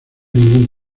ningún